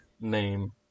name